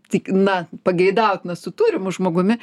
tig na pageidautina su turimu žmogumi